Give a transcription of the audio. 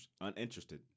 uninterested